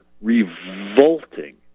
revolting